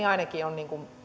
ainakin on